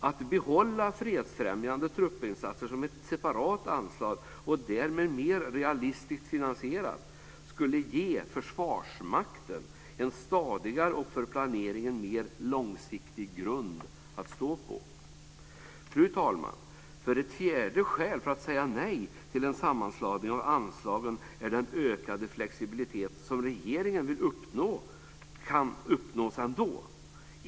Att behålla fredsfrämjande truppinsatser som ett separat anslag, och därtill mer realistiskt finansierat, skulle ge Försvarsmakten en stadigare och för planeringen mer långsiktig grund att stå på. Fru talman! Ett fjärde skäl till att säga nej till en sammanslagning av anslagen är att den ökade flexibilitet som regeringen vill uppnå kan erhållas ändå.